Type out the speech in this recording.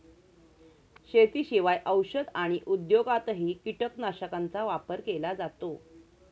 शेतीशिवाय औषध आणि उद्योगातही कीटकनाशकांचा वापर केला जातो